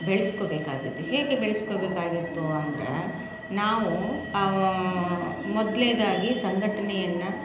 ಬೆಳೆಸ್ಕೋಬೇಕಾಗಿತ್ತು ಹೇಗೆ ಬೆಳೆಸ್ಕೋಬೇಕಾಗಿತ್ತು ಅಂದರೆ ನಾವು ಮೊದ್ಲ್ನೇದಾಗಿ ಸಂಘಟನೆಯನ್ನು